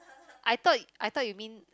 I thought I thought you mean